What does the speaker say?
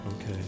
Okay